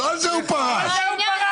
לא הבנתי, נעמה, את היית פה?